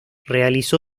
realizó